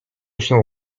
się